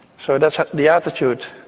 so that's the attitude.